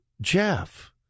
Jeff